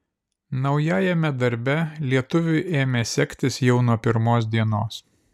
naujajame darbe lietuviui ėmė sektis jau nuo pirmos dienos